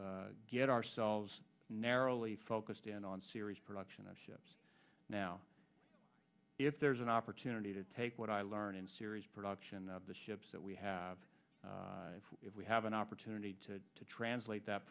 to get ourselves narrowly focused in on series production of ships now if there's an opportunity to take what i learned in series production of the ships that we have if we have an opportunity to translate that